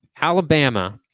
Alabama